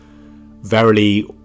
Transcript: Verily